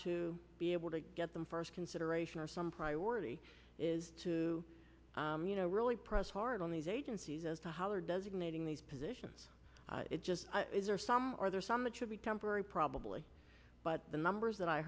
to be able to get them first consideration are some priority is to you know really press hard on these agencies as to how they're designating these positions it just is there some are there some that should be temporary probably but the numbers that i